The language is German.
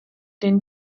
den